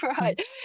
right